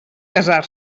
casar